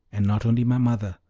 and not only my mother,